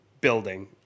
building